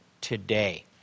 today